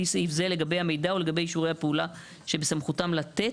סעיף זה לגבי המידע ולגבי אישורי הפעולה שבסמכותם לתת,